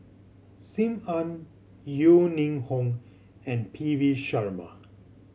Sim Ann Yeo Ning Hong and P V Sharma